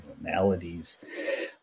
maladies